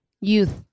Youth